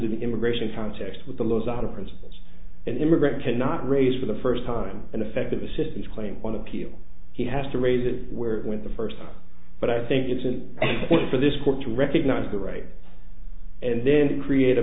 in the immigration context with the laws out of principles and immigrant cannot race for the first time an effective assistance claim on appeal he has to raise it where it went the first time but i think it's an end point for this court to recognize the right and then create a